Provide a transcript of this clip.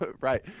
Right